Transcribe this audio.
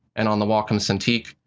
and on the wacom cintiq,